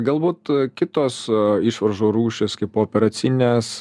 galbūt kitos išvaržų rūšys kaip pooperacinės